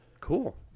Cool